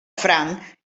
franc